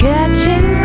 Catching